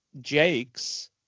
jakes